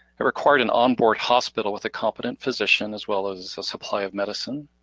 it required an onboard hospital with a competent physician as well as a supply of medicine.